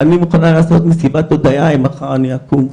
אני מוכנה לעשות מסיבת הודיה אם מחר אני אקום.